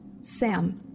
Sam